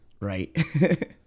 right